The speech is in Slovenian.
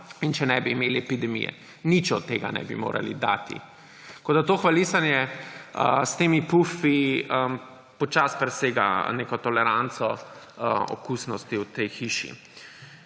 in če ne bi imeli epidemije. Nič od tega ne bi mogli dati. Tako da to hvalisanje s temi pufi počasi presega neko toleranco okusnosti v tej hiši.